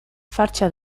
fartsa